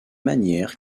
manière